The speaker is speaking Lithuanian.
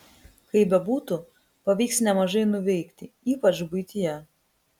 kaip bebūtų pavyks nemažai nuveikti ypač buityje